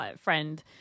friend